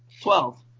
Twelve